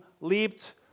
leaped